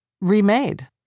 remade